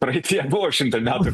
praeityje buvo šimtą metų